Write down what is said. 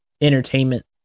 entertainment